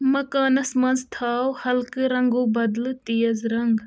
مکانس منز تھاو ہلکہٕ رنگو بدلہٕ تیز رنگ